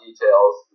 details